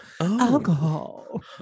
alcohol